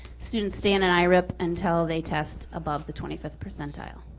students stay on an irip until they test above the twenty fifth percentile,